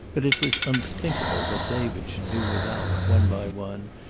but it was unthinkable that david should do without, one by one,